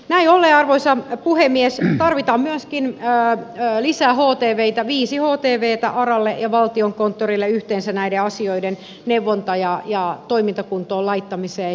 näin ollen arvoisa puhemies tarvitaan myöskin lisää htveitä viisi htvtä aralle ja valtiokonttorille yhteensä näiden asioiden neuvontaan ja toimintakuntoon laittamiseen